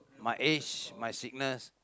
my age my sickness